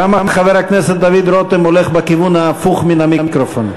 למה חבר הכנסת דוד רותם הולך בכיוון ההפוך מהמיקרופון?